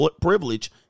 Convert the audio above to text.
privilege